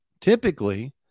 typically